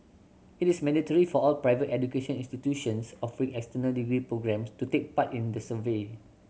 it is mandatory for all private education institutions offering external degree programmes to take part in the survey